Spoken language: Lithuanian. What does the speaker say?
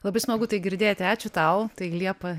labai smagu tai girdėti ačiū tau tai liepa